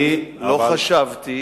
אני לא חשבתי